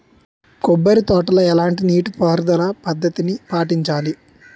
కొబ్బరి తోటలో ఎలాంటి నీటి పారుదల పద్ధతిని పాటించాలి?